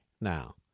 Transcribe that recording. now